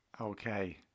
Okay